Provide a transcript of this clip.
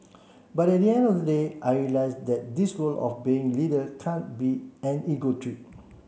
but at the end of the day I realised that this role of being leader can't be an ego trip